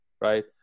right